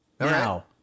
Now